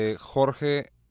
Jorge